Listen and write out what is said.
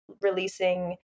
releasing